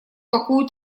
какую